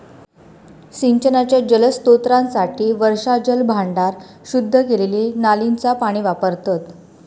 सिंचनाच्या जलस्त्रोतांसाठी वर्षाजल भांडार, शुद्ध केलेली नालींचा पाणी वापरतत